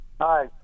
Hi